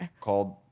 called